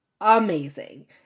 amazing